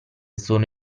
sono